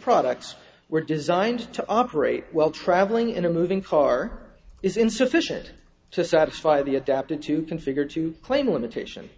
products were designed to operate while travelling in a moving car is insufficient to satisfy the adapted to configure to claim limitation